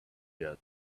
yet